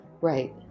Right